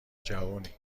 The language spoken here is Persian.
جوونی